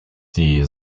die